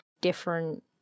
different